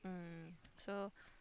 mm so